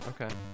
okay